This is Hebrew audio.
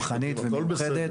מאוד מאוד מהפכנית ומיוחדת.